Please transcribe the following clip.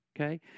Okay